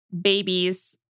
babies